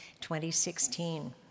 2016